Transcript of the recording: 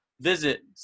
visit